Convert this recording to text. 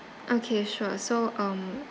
okay sure so um